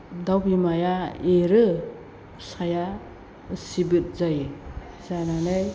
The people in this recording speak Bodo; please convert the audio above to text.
दाउ बिमाया एरो फिसाया सिबोद जायो जानानै